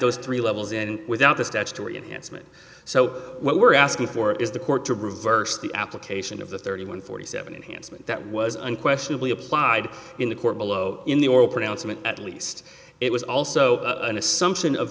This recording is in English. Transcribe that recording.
those three levels and without the statutory and so what we're asking for is the court to reverse the application of the thirty one forty seven enhanced that was unquestionably applied in the court below in the oral pronouncement at least it was also an assumption of